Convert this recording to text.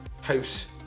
house